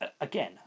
again